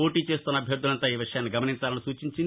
పోటీ చేస్తోన్న అభ్యర్దలంతా ఈ నియమాన్ని గమనించాలని సూచించింది